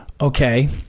okay